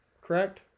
Correct